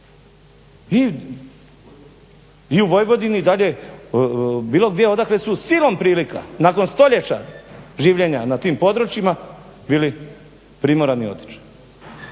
i u Vojvodini i dalje bilo gdje odakle su silom prilika nakon stoljeća življenja na tim područjima bili primorani otići.